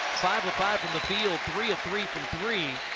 five of five from the field, three of three from three.